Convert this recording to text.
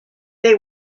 they